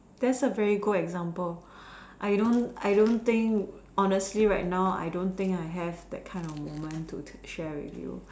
that's a very good example I don't I don't think honestly right now I don't think right now I don't have that kind of moment to share with you